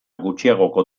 gutxiagoko